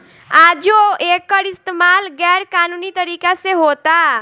आजो एकर इस्तमाल गैर कानूनी तरीका से होता